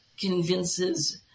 convinces